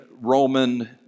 Roman